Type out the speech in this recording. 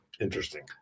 Interesting